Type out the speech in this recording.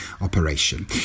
operation